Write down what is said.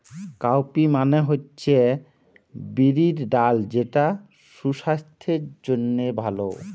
cowpea মানে হচ্ছে বিরির ডাল যেটা সুসাস্থের জন্যে ভালো